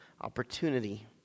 opportunity